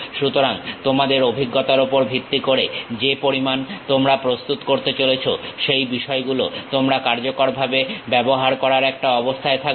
সুতরাং তোমাদের অভিজ্ঞতার ওপর ভিত্তি করে যে পরিমাণ তোমরা প্রস্তুত করতে চলেছো সেই বিষয়গুলো তোমরা কার্যকরভাবে ব্যবহার করার একটা অবস্থায় থাকবে